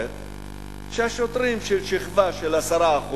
זאת אומרת שהשוטרים, שכבה של 10%,